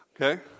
okay